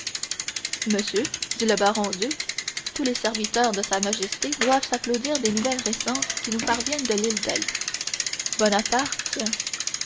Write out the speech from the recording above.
monsieur dit le baron au duc tous les serviteurs de sa majesté doivent s'applaudir des nouvelles récentes qui nous parviennent de l'île d'elbe bonaparte